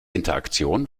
interaktion